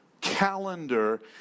calendar